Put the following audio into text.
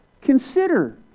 Consider